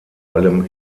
allem